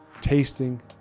Tasting